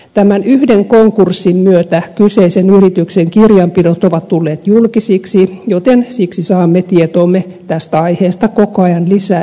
tämän yhden konkurssin myötä kyseisen yrityksen kirjanpidot ovat tulleet julkisiksi joten siksi saamme tietoomme tästä aiheesta koko ajan lisää yksityiskohtia